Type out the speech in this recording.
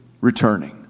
returning